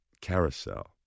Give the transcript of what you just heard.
Carousel